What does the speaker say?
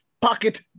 Pocket